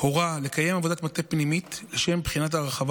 הורה לקיים עבודת מטה פנימית לשם בחינת הרחבה